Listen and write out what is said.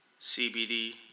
CBD